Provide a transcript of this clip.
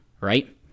right